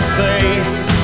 face